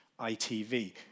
ITV